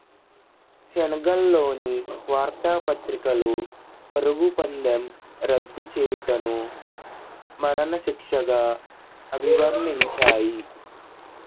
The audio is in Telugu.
సెనెగల్లోని వార్తాపత్రికలు పరుగు పందెం రద్దు చేయుటను మరణశిక్షగా అభివర్ణించాయి